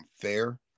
fair